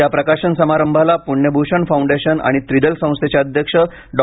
या प्रकाशन समारंभाला पुण्यभूषण फौंडेशन आणि त्रिदल संस्थेचे अध्यक्ष डॉ